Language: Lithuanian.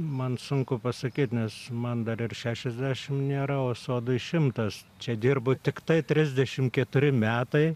man sunku pasakyt nes man dar ir šešiasdešim nėra o sodui šimtas čia dirbu tiktai trisdešim keturi metai